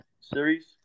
series